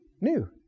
New